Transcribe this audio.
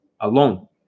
alone